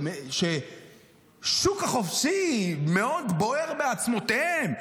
שהשוק החופשי מאוד בוער בעצמותיהם,